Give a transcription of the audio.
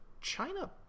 China